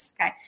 Okay